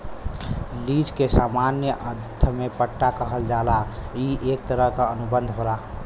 lease के सामान्य अर्थ में पट्टा कहल जाला ई एक तरह क अनुबंध होला